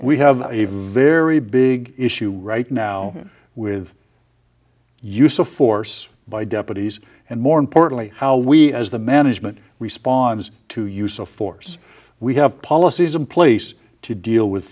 we have a very big issue right now with use of force by deputies and more importantly how we as the management responds to use of force we have policies in place to deal with